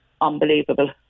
Unbelievable